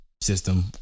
system